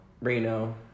Reno